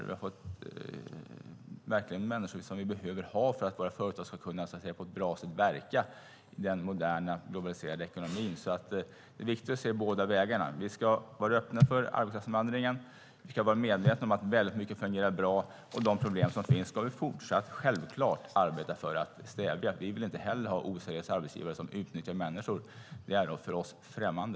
Vi har verkligen fått hit människor som vi behöver ha för att våra företag ska kunna på ett bra sätt verka i den moderna globaliserade ekonomin. Det är vikigt att se båda delarna. Vi ska vara öppna för arbetskraftsinvandringen. Vi ska vara medvetna om att väldig mycket fungerar bra. De problem som finns ska vi självklart fortsatt arbeta för att stävja. Vi vill inte heller ha oseriösa arbetsgivare som utnyttjar människor. Det är för oss främmande.